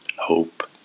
Hope